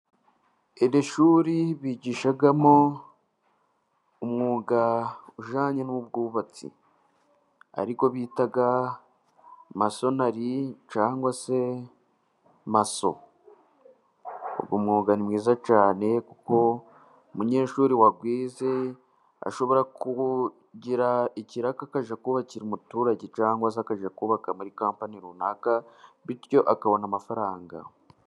Iri shuri bigishamo umwuga ujyanye n' ubwubatsi, ariwo bita masonari cyangwa se maso, umwuga mwiza cyane kuko umunyeshuri wawize ashobora kugira ikiraka, akajya kubakira umuturage cyangwa se akajya kubaka muri kampani runaka, bityo akabona amafaranga.